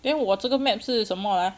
then 我这个 map 是什么 ah